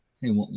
Hey